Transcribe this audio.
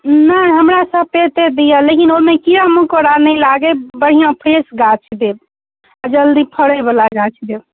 नहि हमरा सपेते दिअ लेकिन ओहिमे कीड़ा मकोड़ा नहि लागय बढ़िआँ फ्रेश गाछ देब आ जल्दी फड़ैवला गाछ देब